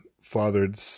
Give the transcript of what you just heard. fathered